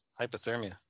Hypothermia